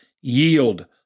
yield